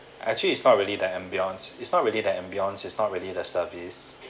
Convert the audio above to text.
actually it's not really the ambiance it's not really the ambiance it's not really the service